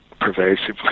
pervasively